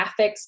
graphics